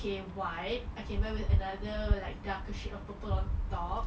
okay white okay and another darker shade of purple on top